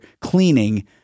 cleaning